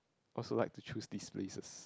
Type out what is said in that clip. also like to choose these places